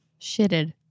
shitted